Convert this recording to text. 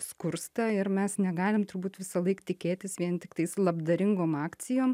skursta ir mes negalim turbūt visąlaik tikėtis vien tiktais labdaringom akcijom